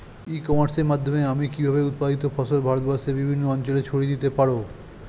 ই কমার্সের মাধ্যমে আমি কিভাবে উৎপাদিত ফসল ভারতবর্ষে বিভিন্ন অঞ্চলে ছড়িয়ে দিতে পারো?